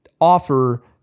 offer